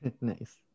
Nice